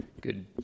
Good